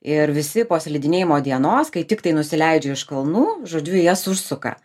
ir visi po slidinėjimo dienos kai tiktai nusileidžia iš kalnų žodžių į jas užsuka